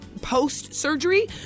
post-surgery